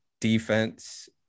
defense